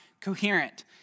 coherent